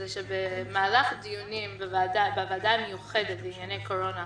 הוא שבמהלך דיונים בוועדה המיוחדת לענייני קורונה,